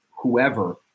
whoever